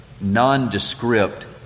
nondescript